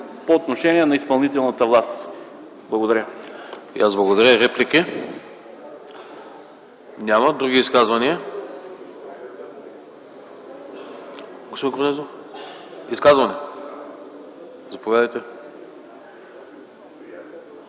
по отношение на изпълнителната власт. Благодаря.